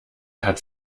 hat